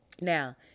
Now